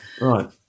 right